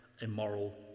immoral